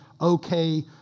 okay